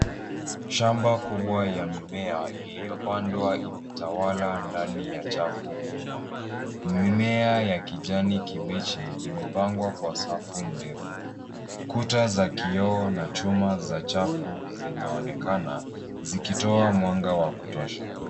Shamba kubwa ya mimea iliyopandwa imetawala ndani ya chafu kubwa. Mimea ya kijani kibichi imepangwa kwa safu ndefu. Kuta za kioo na chuma za chafu zinaonekana, zikitoa mwanga wa kutosha.